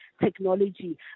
technology